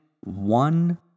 one